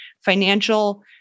financial